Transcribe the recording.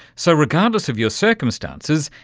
so regardless of your circumstances,